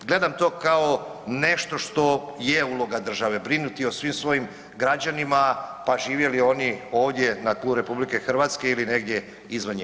Gledam to kao nešto što je uloga države, brinuti o svim svojim građanima pa živjeli oni ovdje na tlu RH ili negdje izvan nje.